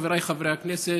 חבריי חברי הכנסת,